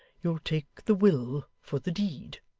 you'll take the will for the deed